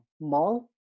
Mall